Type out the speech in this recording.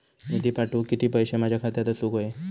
निधी पाठवुक किती पैशे माझ्या खात्यात असुक व्हाये?